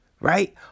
right